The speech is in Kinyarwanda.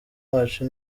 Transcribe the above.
wacu